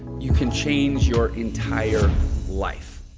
you can change your entire life.